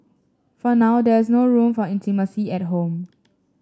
for now there is no room for intimacy at home